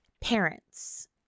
parents